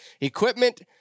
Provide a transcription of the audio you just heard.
equipment